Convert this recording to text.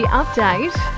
update